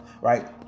right